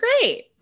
great